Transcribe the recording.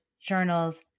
journals